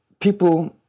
people